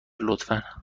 لطفا